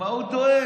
למה הוא דואג?